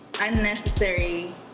unnecessary